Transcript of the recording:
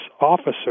officer